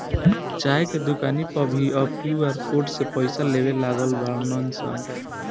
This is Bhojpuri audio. चाय के दुकानी पअ भी अब क्यू.आर कोड से पईसा लेवे लागल बानअ सन